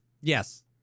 yes